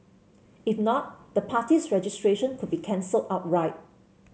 if not the party's registration could be cancelled outright